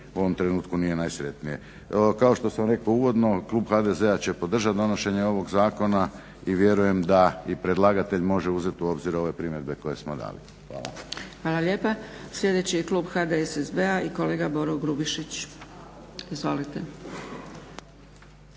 u ovom trenutku nije najsretnije. Kao što sam rekao, klub HDZ-a će podržat donošenje ovog zakona i vjerujem da i predlagatelj može uzeti u obzir ove primjedbe koje smo dali. Hvala. **Zgrebec, Dragica (SDP)** Hvala lijepa. Sljedeći je klub HDSSB-a i kolega Boro Grubišić. Izvolite.